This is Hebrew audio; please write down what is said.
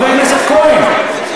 חבר הכנסת כהן.